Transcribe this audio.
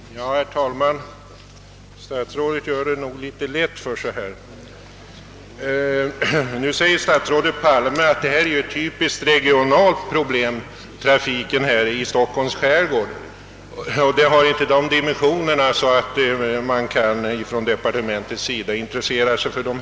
Herr talman! Statsrådet Palme gör det nog litet lätt för sig. Nu säger statsrådet att trafiken i Stockholms skärgård är ett typiskt regionalt problem — den har inte de dimensionerna att departementet kan intressera sig för den.